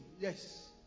Yes